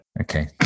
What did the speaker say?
Okay